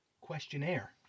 Questionnaire